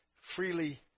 freely